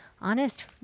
honest